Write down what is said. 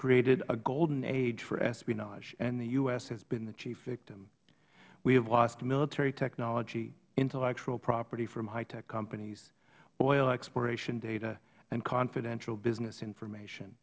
created a golden age for espionage and the u s has been the chief victim we have lost military technology intellectual property for high tech companies oil exploration data and confidential business information